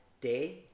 Day